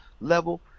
level